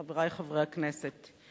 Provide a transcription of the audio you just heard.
חברי חברי הכנסת,